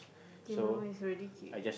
kay my one is already cute